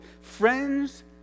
friends